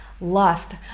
lust